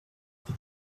for